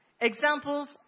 examples